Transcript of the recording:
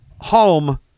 home